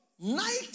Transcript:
Night